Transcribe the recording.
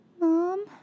Mom